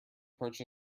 perch